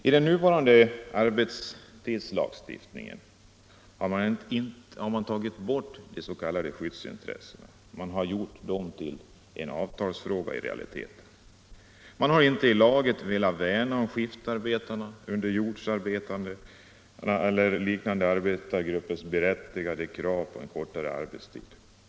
I den nuvarande arbetstidslagstiftningen har man tagit bort de s.k. skyddsintressena; man har i realiteten gjort dem till en avtalsfråga. Man har inte i lagen velat värna om skiftarbetarnas, underjordsarbetarnas eller liknande arbetargruppers berättigade krav på kortare arbetstid.